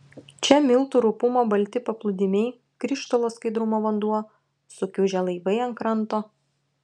čia miltų rupumo balti paplūdimiai krištolo skaidrumo vanduo sukiužę laivai ant kranto